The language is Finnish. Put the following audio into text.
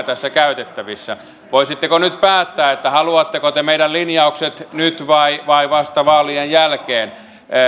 tässä käytettävissä voisitteko nyt päättää haluatteko te meidän linjaukset nyt vai vai vasta vaalien jälkeen